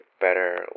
better